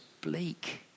bleak